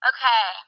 Okay